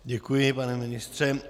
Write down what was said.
Děkuji, pane ministře.